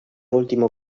último